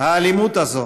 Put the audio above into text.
האלימות הזאת